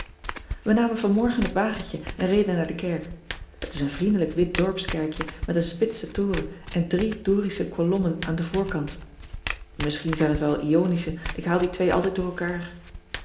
e namen vanmorgen het wagentje en reden naar de kerk et is een vriendelijk wit dorpskerkje met een spitsen toren en drie orische kolommen aan den voorkant misschien zijn het wel onische ik haal die twee altijd door elkaar